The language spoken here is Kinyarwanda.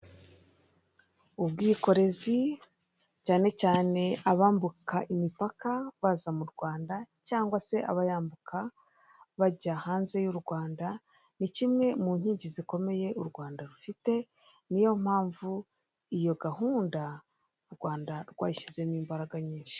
Ubwikorezi cyane cyane abambuka imipaka baza mu rwanda cyangwa se abayambuka bajya hanze y'urwanda ni kimwe mu nkigi zikomeye urwanda rufite, niyo mpamvu iyo gahunda urwanda rwayishyizemo imbaraga nyinshi.